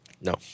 No